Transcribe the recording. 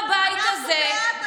בבית הזה,